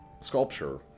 sculpture